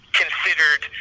considered